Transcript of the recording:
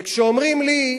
וכשאומרים לי,